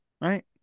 right